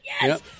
Yes